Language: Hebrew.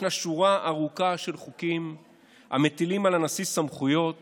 יש שורה ארוכה של חוקים המטילים על הנשיא סמכויות